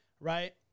Right